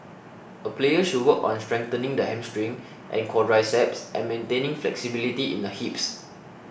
a player should work on strengthening the hamstring and quadriceps and maintaining flexibility in the hips